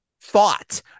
thought